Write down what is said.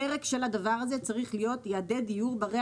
פרק של הדבר הזה צריך להיות יעדי דיור ברי